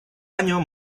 año